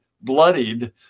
bloodied